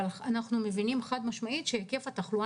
אבל אנחנו מבינים חד-משמעית שהיקף התחלואה